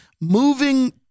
Moving